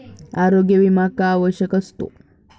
आरोग्य विमा का आवश्यक असतो?